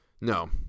No